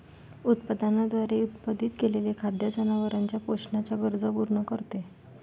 उत्पादनाद्वारे उत्पादित केलेले खाद्य जनावरांच्या पोषणाच्या गरजा पूर्ण करते